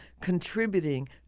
contributing